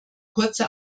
kurze